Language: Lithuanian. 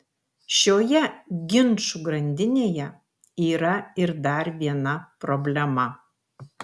šioje ginčų grandinėje yra ir dar viena problema